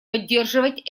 поддерживать